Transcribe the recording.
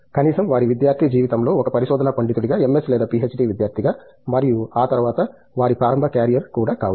కనీసం వారి విద్యార్థి జీవితంలో ఒక పరిశోధనా పండితుడిగా MS లేదా PhD విద్యార్థిగా మరియు ఆ తరువాత వారి ప్రారంభ క్యారియర్ కూడా కావచ్చు